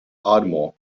ardmore